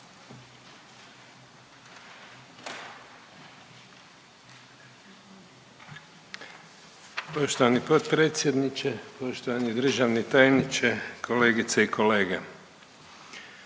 Poštovani potpredsjedniče, poštovani državni tajniče, kolegice i kolege.